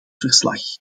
verslag